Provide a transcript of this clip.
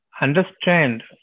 understand